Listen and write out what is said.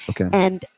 Okay